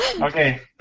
Okay